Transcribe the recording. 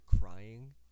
crying